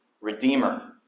Redeemer